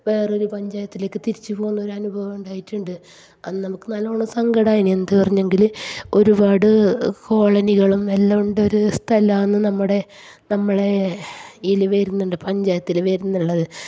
വേറെ ഒരു പഞ്ചായത്തിലേക്ക് തിരിച്ചു പോകുന്ന ഒരു അനുഭവം ഉണ്ടായിട്ടുണ്ട് അന്ന് നമുക്ക് നല്ല വണ്ണം സങ്കടമായി എന്തു പറഞ്ഞെങ്കിൽ ഒരുപാട് കോളനികളും എല്ലാം ഉള്ള ഒരു സ്ഥലമാണ് നമ്മുടെ നമ്മളെ എലി വരുന്നുണ്ട് പഞ്ചായത്തിൽ വരുന്നുള്ളത്